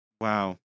Wow